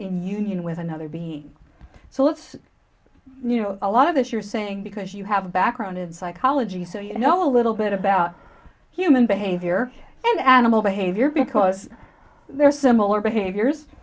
in union with another b so let's you know a lot of this you are saying because you have a background in psychology so you know a little bit about human behavior and animal behavior because there are similar behaviors